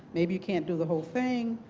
maybe you can't do the whole thing.